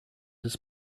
his